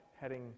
heading